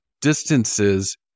distances